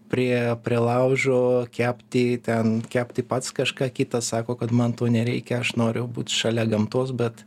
prie prie laužo kepti ten kepti pats kažką kitas sako kad man to nereikia aš noriu būt šalia gamtos bet